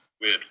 Weird